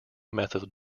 method